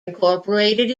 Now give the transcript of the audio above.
incorporated